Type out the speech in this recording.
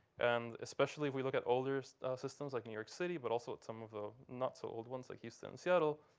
and especially if we look at older systems like new york city but also at some of the not-so-old ones like houston and seattle,